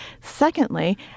Secondly